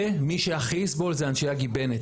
ומי שהכי יסבול זה אנשי הגיבנת,